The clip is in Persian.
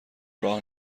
راه